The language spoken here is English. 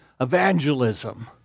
evangelism